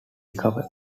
recover